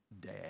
Dad